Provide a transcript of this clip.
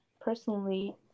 personally